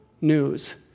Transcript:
news